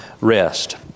rest